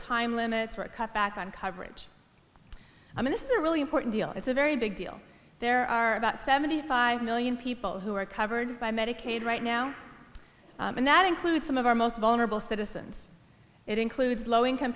time limits were cut back on coverage i mean this is a really important deal it's a very big deal there are about seventy five million people who are covered by medicaid right now and that includes some of our most vulnerable citizens it includes low income